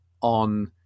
on